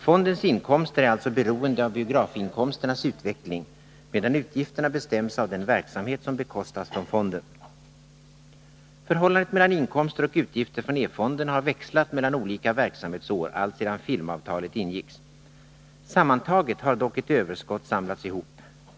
Fondens inkomster är alltså beroende av biografinkomsternas utveckling, medan utgifterna bestäms av den verksamhet som bekostas från fonden. Förhållandet mellan inkomster och utgifter från E-fonden har växlat mellan olika verksamhetsår alltsedan filmavtalet ingicks. Sammantaget har dock ett överskott samlats ihop.